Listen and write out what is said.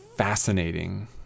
fascinating